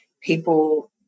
people